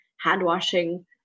hand-washing